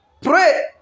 pray